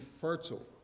fertile